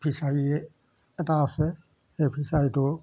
ফিচাৰীয়ে এটা আছে সেই ফিচাৰীটো